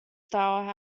style